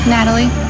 Natalie